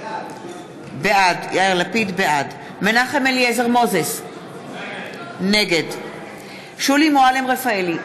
בעד מנחם אליעזר מוזס, נגד שולי מועלם-רפאלי,